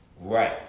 Right